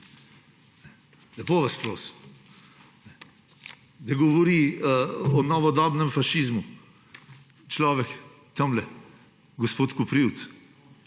Lepo vas prosim. Da govori o novodobnem fašizmu človek tamle, gospod Koprivc,